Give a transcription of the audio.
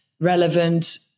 relevant